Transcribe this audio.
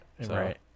Right